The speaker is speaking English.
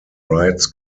rights